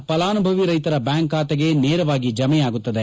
ಫಲಾನುಭವಿ ರೈತರ ಬ್ಯಾಂಕ್ ಖಾತೆಗೆ ನೇರವಾಗಿ ಜಮೆಯಾಗುತ್ತದೆ